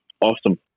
Awesome